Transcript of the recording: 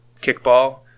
kickball